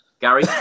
Gary